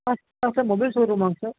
ஆ ஆ sir mobile ஷோரூமாங்க sir